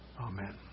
Amen